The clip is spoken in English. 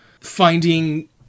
finding